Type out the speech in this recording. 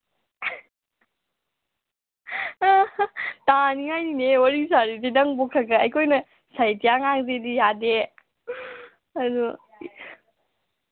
ꯇꯥꯅꯤꯉꯥꯏꯅꯤꯅꯦ ꯋꯥꯔꯤ ꯁꯥꯔꯤꯁꯦ ꯅꯪꯕꯨ ꯈꯔ ꯈꯔ ꯑꯩꯈꯣꯏꯅ ꯁꯥꯍꯤꯇ꯭ꯌ ꯉꯥꯡꯖꯦꯗꯤ ꯌꯥꯗꯦ ꯑꯗꯨ